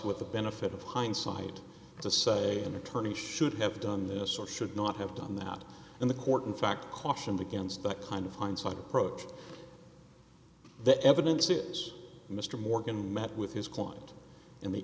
with the benefit of hindsight to say an attorney should have done this or should not have done that and the court in fact cautioned against that kind of hindsight approach that evidence is mr morgan met with his